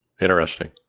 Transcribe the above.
Interesting